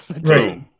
Right